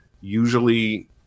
usually